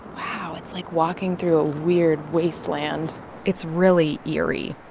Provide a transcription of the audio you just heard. wow. it's like walking through a weird wasteland it's really eerie.